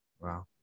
Wow